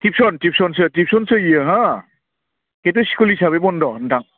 tuition टिउसनसो टिउसनसो होयो हो खिनथु स्कुल हिसाबै बन्द नोंथां